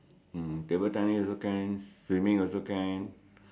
um table tennis also can swimming also can